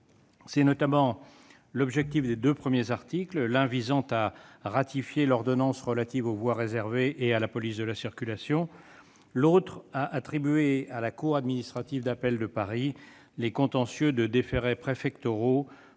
C'est notamment l'objectif des deux premiers articles, l'un ratifiant l'ordonnance relative aux voies réservées et à la police de la circulation, l'autre attribuant à la cour administrative d'appel de Paris les contentieux de déférés préfectoraux